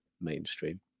mainstream